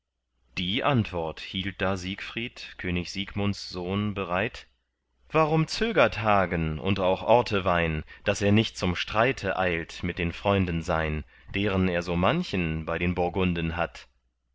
die antwort hielt da siegfried könig siegmunds sohn bereit warum zögert hagen und auch ortewein daß er nicht zum streite eilt mit den freunden sein deren er so manchen bei den burgunden hat